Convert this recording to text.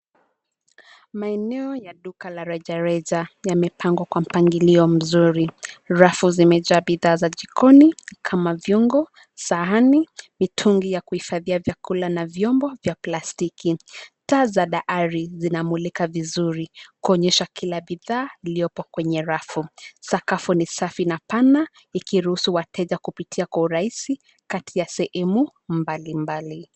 Maeneo ya duka la rejareja yamepangwa kwa mpangilio mzuri. Rafu zimejaa bidhaa za jikoni kama viungo, sahani, mitungi ya kuhifadhia vyakula na vyombo vya plastiki. Taa za dahari zinamulika vizuri kuonyesha kila bidhaa iliyopo kwenye rafu. Sakafu ni safi na pana ikiruhusu wateja kupitia kwa urahisi kati ya sehemu mbalimbali.